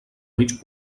mig